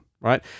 right